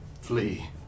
flee